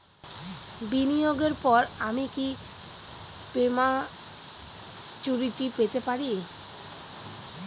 বিনিয়োগের পর আমি কি প্রিম্যচুরিটি পেতে পারি?